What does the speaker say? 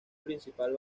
principal